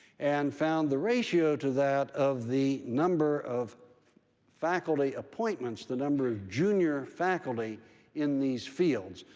and found the ratio to that of the number of faculty appointments, the number of junior faculty in these fields.